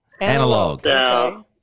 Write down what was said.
Analog